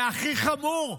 והכי חמור,